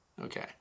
okay